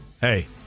hey